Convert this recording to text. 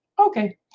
Okay